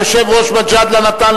היושב-ראש מג'אדלה נתן,